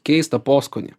keista poskonį